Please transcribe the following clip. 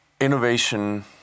innovation